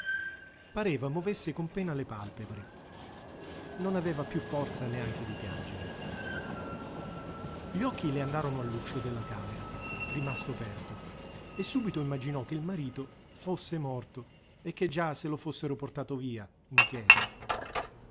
pareva movesse con pena le palpebre non aveva più forza neanche di piangere gli occhi le andarono all'uscio della camera rimasto aperto e subito immaginò che il marito fosse morto e che già se lo fossero portato via in chiesa